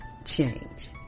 change